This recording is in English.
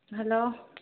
hello